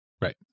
Right